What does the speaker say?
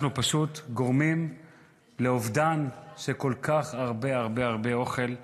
אנחנו פשוט גורמים לאובדן של כל כך הרבה הרבה הרבה אוכל שנזרק,